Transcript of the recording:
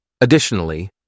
Additionally